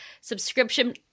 subscription